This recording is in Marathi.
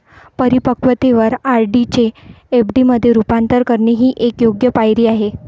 परिपक्वतेवर आर.डी चे एफ.डी मध्ये रूपांतर करणे ही एक योग्य पायरी आहे